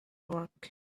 rock